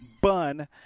Bun